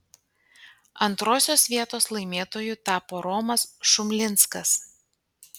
antrosios vietos laimėtoju tapo romas šumlinskas